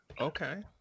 Okay